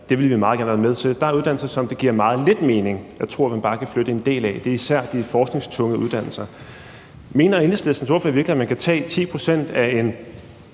Det vil vi meget gerne være med til. Men der er uddannelser, som det giver meget lidt mening at flytte bare en del af. Det er især de forskningstunge uddannelser. Mener Enhedslistens ordfører virkelig, at man kan tage 10 pct. af f.eks.